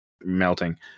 melting